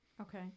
Okay